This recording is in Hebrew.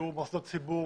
היכן יהיו מוסדות ציבור,